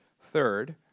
Third